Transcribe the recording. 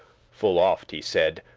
full oft he said,